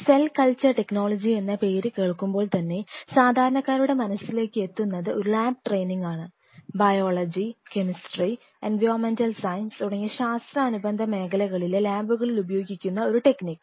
cell culture technology എന്ന പേര് കേൾക്കുമ്പോൾ തന്നെ സാധാരണക്കാരുടെ മനസ്സിലേക്ക് എത്തുന്നത് ഒരു ലാബ് ട്രെയിനിങ് ആണ് ബയോളജി കെമിസ്ട്രി എൻവിയോൺമെൻറ് സയൻസ് തുടങ്ങിയ ശാസ്ത്ര അനുബന്ധ മേഖലകളിലെ ലാബുകളിൽ ഉപയോഗിക്കുന്ന ഒരു ടെക്നിക്